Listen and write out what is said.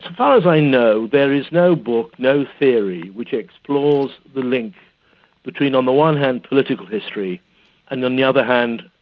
far as i know, there is no book, no theory, which explores the link between on the one hand political history and on the other hand,